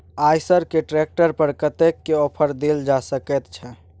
आयसर के ट्रैक्टर पर कतेक के ऑफर देल जा सकेत छै?